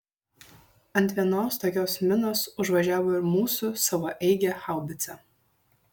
ant vienos tokios minos užvažiavo ir mūsų savaeigė haubica